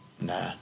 nah